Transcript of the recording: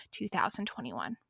2021